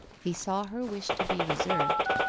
he saw her wish to be reserved,